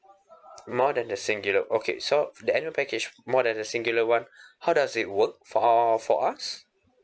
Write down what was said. more than the singular okay so the annual package more than the singular one how does it work for for us